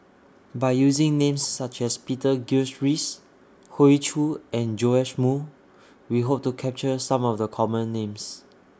By using Names such as Peter Gilchrist Hoey Choo and Joash Moo We Hope to capture Some of The Common Names